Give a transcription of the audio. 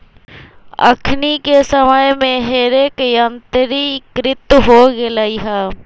अखनि के समय में हे रेक यंत्रीकृत हो गेल हइ